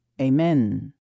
Amen